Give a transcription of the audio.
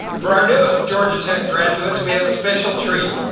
for our newest georgia tech graduates we have a special treat.